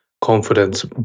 confidence